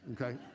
okay